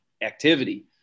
activity